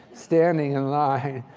standing in line.